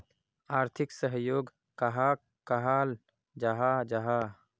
आर्थिक सहयोग कहाक कहाल जाहा जाहा?